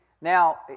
Now